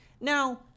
now